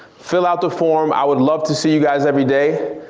fill out the form, i would love to see you guys everyday.